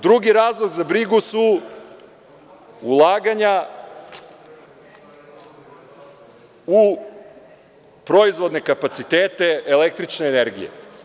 Drugi razlog za brigu su ulaganja u proizvodne kapacitete električne energije.